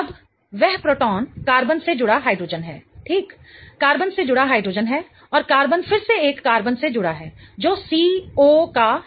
अब वह proton carbon से जुड़ा हाइड्रोजन है ठीक कार्बन से जुड़ा हाइड्रोजन है और कार्बन फिर से एक और कार्बन से जुड़ा है जो CO का है